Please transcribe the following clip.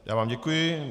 Já vám děkuji.